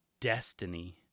destiny